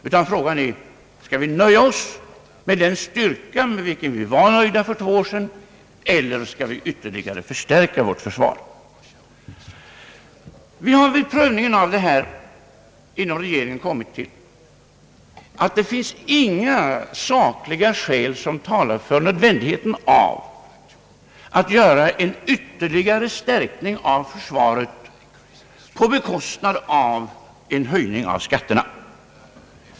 Nej, frågan är om vi skall nöja oss med den styrka som vi var nöjda med för två år sedan eller om vi ytterligare skall förstärka vårt försvar. Vi har vid prövning av den frågan inom regeringen kommit fram till att det inte finns några sakliga skäl som talar för nödvändigheten av att ytterligare stärka försvaret på bekostnad av en höjning av skatterna.